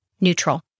Neutral